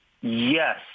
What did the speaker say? Yes